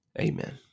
amen